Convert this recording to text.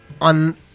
on